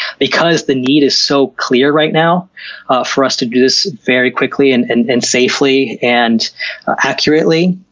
because the need is so clear right now for us to do this very quickly, and and and safely, and accurately.